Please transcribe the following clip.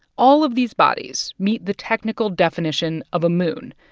all of these bodies meet the technical definition of a moon,